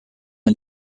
and